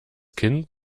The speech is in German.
kind